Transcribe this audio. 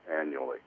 annually